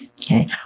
Okay